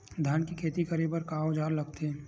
धान के खेती करे बर का औजार लगथे?